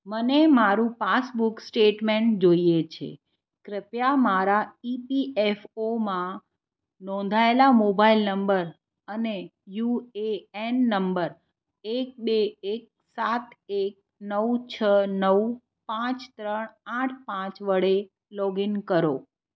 મને મારું passbook statement જોઈએ છે કૃપયા મારાં ઇ પી એફ ઓમાં નોંધાયેલા મોબાઈલ નંબર અને યુ એ એન નંબર એક બે એક સાત એક નવ છ નવ પાંચ ત્રણ આઠ પાંચ વડે લોગઇન કરો